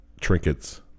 trinkets